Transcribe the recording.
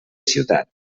ciutat